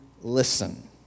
listen